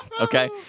Okay